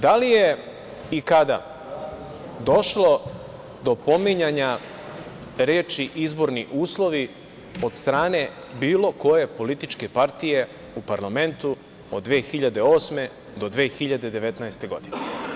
Da li je i kada došlo do pominjanja reči „izborni uslovi“ od strane bilo koje političke partije u parlamentu od 2008. do 2019. godine?